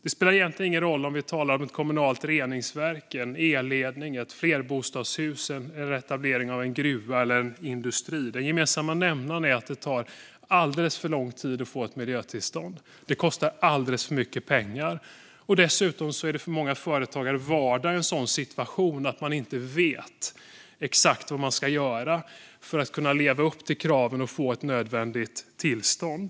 Det spelar egentligen ingen roll om vi talar om ett kommunalt reningsverk, en elledning, ett flerbostadshus eller en etablering av en gruva eller en industri. Den gemensamma nämnaren är att det tar alldeles för lång tid att få ett miljötillstånd och att det kostar alldeles för mycket pengar. Dessutom är det för många företagare vardag med en sådan situation - att man inte vet exakt vad man ska göra för att leva upp till kraven och få ett nödvändigt tillstånd.